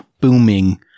booming